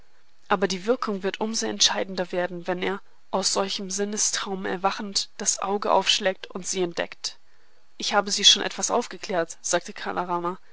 aber die wirkung wird um so entscheidender werden wenn er aus solchem sinnestraum erwachend das auge aufschlägt und sie entdeckt ich habe sie schon etwas aufgeklärt sagte kala rama